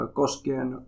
koskien